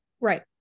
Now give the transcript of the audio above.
right